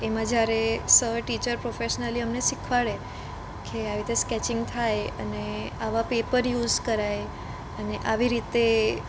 એમાં જ્યારે sir teacher professionally અમને શીખવાડે કે આવી રીતે સ્કેચિંગ થાય અને આવાં પેપર યુસ કરાય અને આવી રીતે